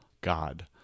God